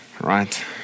Right